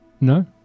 No